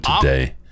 today